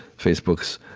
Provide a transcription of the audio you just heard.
facebooks,